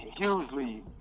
hugely